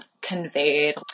conveyed